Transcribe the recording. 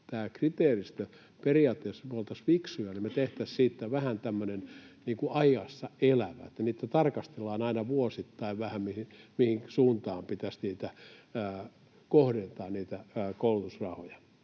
Periaatteessa me oltaisiin fiksuja, jos me tehtäisiin siitä vähän tämmöinen ajassa elävä, että tarkastellaan aina vuosittain vähän, mihin suuntaan pitäisi kohdentaa niitä koulutusrahoja,